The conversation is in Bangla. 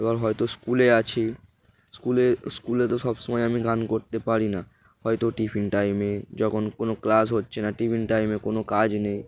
এবার হয়তো স্কুলে আছি স্কুলে স্কুলে তো সব সময় আমি গান করতে পারি না হয়তো টিফিন টাইমে যখন কোনো ক্লাস হচ্ছে না টিফিন টাইমে কোনো কাজ নেই